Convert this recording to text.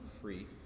free